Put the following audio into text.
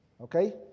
Okay